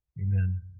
amen